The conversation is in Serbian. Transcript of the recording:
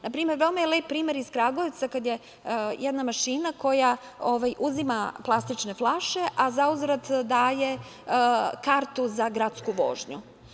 Na primer, veoma je lep primer iz Kragujevca kada jedna mašina uzima plastične flaše, a zauzvrat daje kartu za gradsku vožnju.